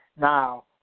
Now